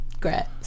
great